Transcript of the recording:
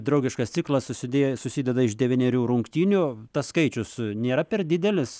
draugiškas ciklas susidėjo susideda iš devynerių rungtynių tas skaičius nėra per didelis